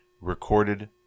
recorded